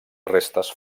restes